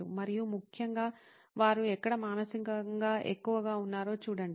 " మరియు ముఖ్యంగా వారు ఎక్కడ మానసికంగా ఎక్కువగా ఉన్నారో చూడండి